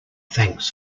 thanks